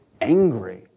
angry